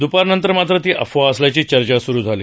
द्पारनंतर मात्र ती अफवा असल्याची चर्चा सूरु झाली